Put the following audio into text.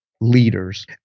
leaders